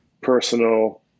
personal